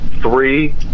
three